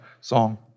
song